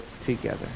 together